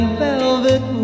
velvet